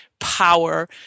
Power